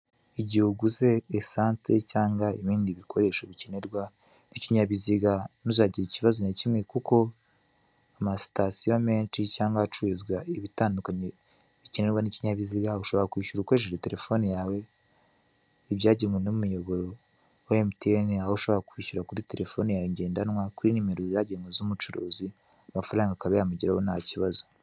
Igihe uguze essance cyangwa ibindi bikoresho bikenerwa n'ikinyabiziga ntuzagire ikibazo na kimwe kuko amasitatiyo menshi cyangwag ahacururizwa ibitandukanye bikenerwa n'ikinyabiziga, ushobora kwishyura ukoresheje terefone yawe ibyagenwe n'umuyoboro wa MTN, aho ushobora kwishyura kuri terefoni yawe ngendanwa, kuri nimero zagenwa z'umucuruzi amafaranga akaba yamugeraho nta kibazo.